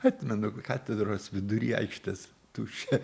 atmenu katedros vidury aikštės tuščia